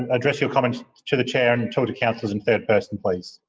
and address your comments to the chair and talk to councillors in third person, please.